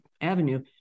avenue